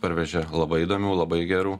parvežė labai įdomių labai gerų